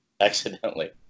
accidentally